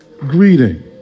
greeting